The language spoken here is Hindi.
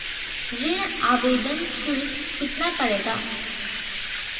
ऋण आवेदन शुल्क कितना पड़ेगा?